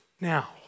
Now